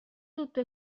tutto